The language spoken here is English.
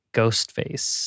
Ghostface